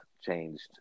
changed